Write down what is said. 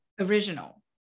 original